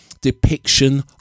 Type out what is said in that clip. depiction